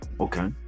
Okay